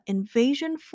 Invasion